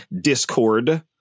Discord